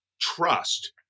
trust